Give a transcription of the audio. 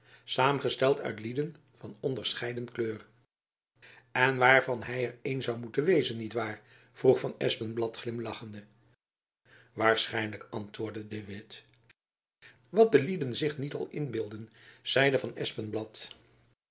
saamgesteld uit lieden van onderscheiden kleur en waarvan hy er een zoû moeten wezen niet waar vroeg van espenblad glimlachende waarschijnlijk antwoordde de witt wat de lieden zich niet al inbeelden zeide van